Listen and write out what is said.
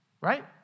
right